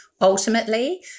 Ultimately